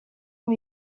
ont